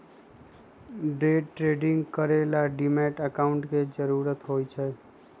day trading करे ला demat account के जरूरत होई छई